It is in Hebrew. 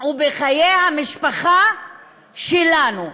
ובחיי המשפחה שלנו.